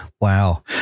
Wow